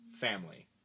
family